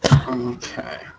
Okay